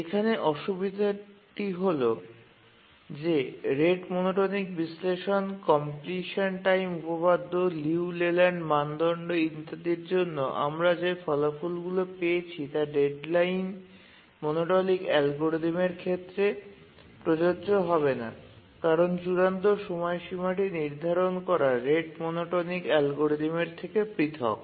এখানে অসুবিধাটি হল যে রেট মনোটোনিক বিশ্লেষণ কমপ্লিশন টাইম উপপাদ্য লিউ লেল্যান্ড মানদণ্ড ইত্যাদির জন্য আমরা যে ফলাফলগুলি পেয়েছি তা ডেডলাইন মনোটোনিক অ্যালগরিদমের ক্ষেত্রে প্রযোজ্য হবে না কারণ চূড়ান্ত সময়সীমাটি নির্ধারণ করা রেট মনোটোনিক অ্যালগরিদমের থেকে পৃথক